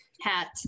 hat